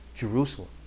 Jerusalem